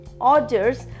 orders